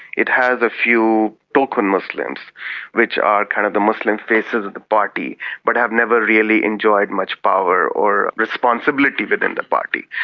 it has a few token muslims which are kind of the muslim faces of the party but have never really enjoyed much power or responsibility within the party.